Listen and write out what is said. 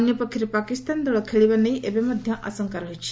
ଅନ୍ୟପକ୍ଷରେ ପାକିସ୍ତାନ ଦଳ ଖେଳିବା ନେଇ ଏବେ ମଧ୍ୟ ଆଶଙ୍କା ରହିଛି